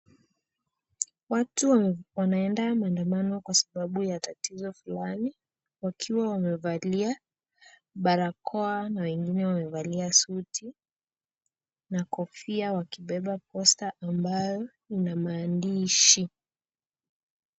Watu wanaenda mandamano kwa sababu ya tatizo fulani, wakiwa wamevalia barakoa na wengine wamevalia suti, na kofia wakibeba posta ambayo ina maandishi.